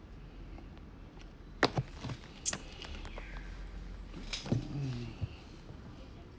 mm